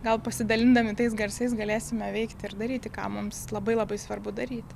gal pasidalindami tais garsais galėsime veikti ir daryti ką mums labai labai svarbu daryti